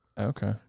Okay